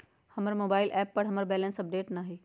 हमर mobile app पर हमर बैलेंस अपडेट न हई